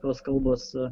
tos kalbos